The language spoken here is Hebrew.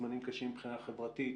זמנים קשים מבחינה חברתי,